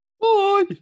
Bye